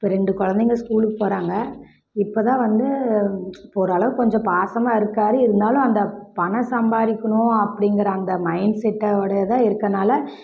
இப்போ ரெண்டு கொழந்தைங்க ஸ்கூலுக்கு போகிறாங்க இப்போதான் வந்து இப்போ ஒரு அளவுக்கு கொஞ்சம் பாசமாக இருக்கார் இருந்தாலும் அந்த பணம் சம்பாதிக்கணும் அப்படிங்கிற அந்த மைண்ட் செட்டோடேயேதான் இருக்கறனால